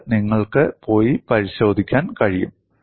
ഇത് നിങ്ങൾക്ക് പോയി പരിശോധിക്കാൻ കഴിയും